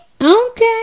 Okay